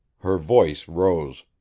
her voice rose.